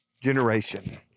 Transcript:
generation